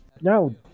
No